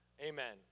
Amen